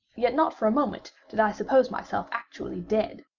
yet not for a moment did i suppose myself actually dead.